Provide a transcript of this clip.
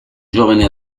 giovane